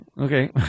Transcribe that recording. Okay